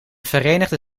verenigde